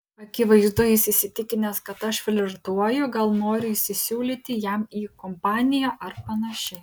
akivaizdu jis įsitikinęs kad aš flirtuoju gal noriu įsisiūlyti jam į kompaniją ar panašiai